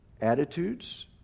attitudes